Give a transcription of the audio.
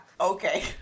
okay